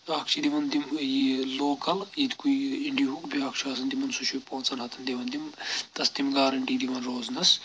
اکھ چھِ دِون تِم یہِ لوکَل ییٚتہِ کُے اِنڈیہُک بیٛاکھ چھُ آسَان تِمَن سُہ چھُ پانٛژن ہَتن دِوَان تِم تَتھ چھِ تِم گارَنٹی دِوان روزنَس